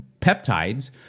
peptides